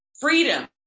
freedom